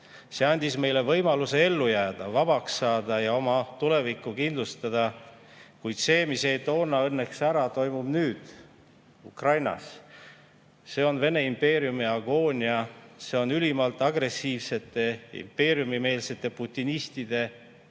See andis meile võimaluse ellu jääda, vabaks saada ja oma tulevikku kindlustada. Kuid see, mis jäi toona õnneks ära, toimub nüüd Ukrainas. See on Vene impeeriumi agoonia. See on ülimalt agressiivsete impeeriumimeelsete putinistide jõhker